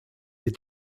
des